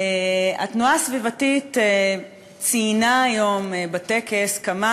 התנועה הסביבתית ציינה היום בטקס כמה